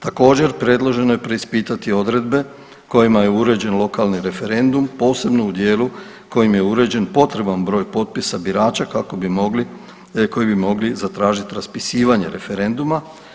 Također, predloženo je preispitati odredbe kojima je uređen lokalni referendum, posebno u dijelu kojim je uređen potreban broj potpisa birača kako bi mogli, koji bi mogli zatražiti raspisivanje referenduma.